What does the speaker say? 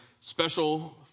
special